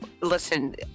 Listen